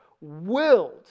willed